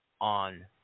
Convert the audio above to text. on